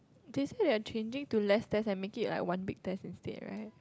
that said they are changing to less test make it to like one week test instead right